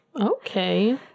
Okay